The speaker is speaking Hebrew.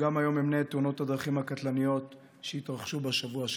גם היום אמנה את תאונות הדרכים הקטלניות שהתרחשו בשבוע שחלף.